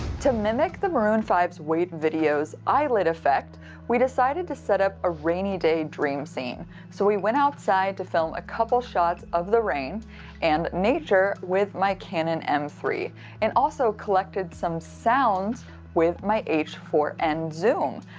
to mimic the maroon five s wait video's eyelid effect we decided to set up a rainy day dream scene so we went outside to film a couple shots of the rain and nature with my canon m three and also collected some sounds with my h four n zoom.